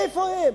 איפה הם?